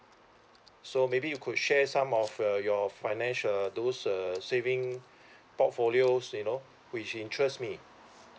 so maybe you could share some of uh your finance uh those uh saving portfolios you know which interest me